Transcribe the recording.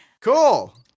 Cool